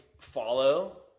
follow –